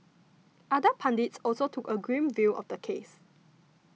other pundits also took a grim view of the case